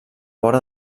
vora